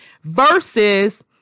versus